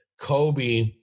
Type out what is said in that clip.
Kobe